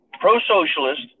pro-socialist